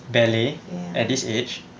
ballet at this age